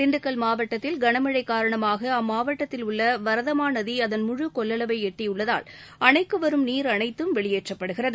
திண்டுக்கல் மாவட்டத்தில் கனமழை காரணமாக அம்மாவட்டத்தில் உள்ள வரதமாநதி அதன் முழு கொள்ளளவை எட்டியுள்ளதால் அணைக்கு வரும் நீர் அனைத்தும் வெளியேற்றப்படுகிறது